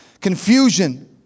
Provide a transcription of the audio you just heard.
confusion